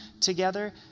together